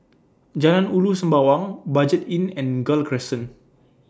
Jalan Ulu Sembawang Budget Inn and Gul Crescent